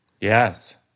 Yes